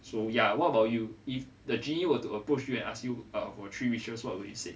so ya what about you if the genie were to approach you and ask you for three wishes what would you say